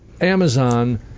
Amazon